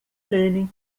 learning